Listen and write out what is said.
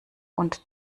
und